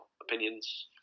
opinions